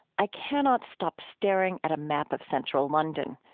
i cannot stop staring at a map of central london,